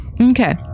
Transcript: Okay